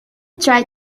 try